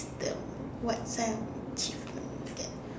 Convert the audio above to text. the what type of achievements that